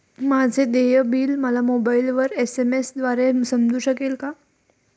माझे देय बिल मला मोबाइलवर एस.एम.एस द्वारे समजू शकेल का?